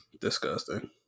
Disgusting